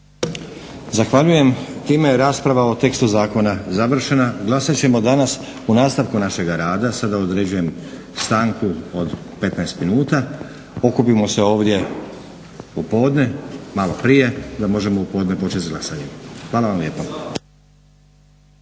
Zahvaljujem. Time je rasprava o tekstu zakona završena. Glasat ćemo danas u nastavku našega rada. Sada određujem stanku oko 15 minuta. Okupimo se ovdje u podne, malo prije, da možemo u podne počet s glasanjem Hvala vam lijepa.